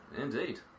Indeed